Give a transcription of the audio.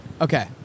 Okay